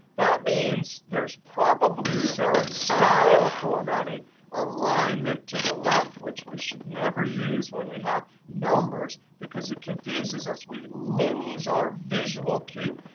that means there's probably some style formatting alignment to the left, which we should never use when we have numbers because it confuses us. we lose our visual cue.